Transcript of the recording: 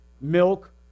milk